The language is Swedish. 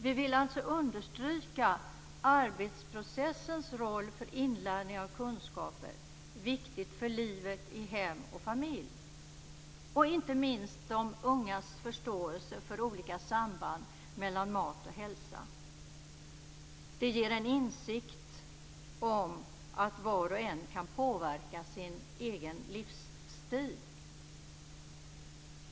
Vi vill alltså understryka att arbetsprocessens roll för inhämtning av kunskaper är viktigt för livet i hem och familj och inte minst för de ungas förståelse för sambanden mellan mat och hälsa. Det ger en insikt om att var och en kan påverka sin egen livsstil.